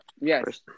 Yes